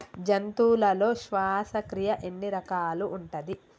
జంతువులలో శ్వాసక్రియ ఎన్ని రకాలు ఉంటది?